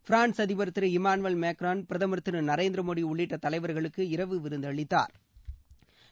France அதிபர் திரு Emmanuel Macron பிரதமர் திரு நரேந்திர மோடி உள்ளிட்ட தலைவர்களுக்கு இரவு விருந்தளித்தாா்